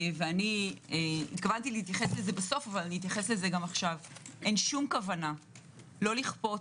ואכן אין שום כוונה לא לכפות,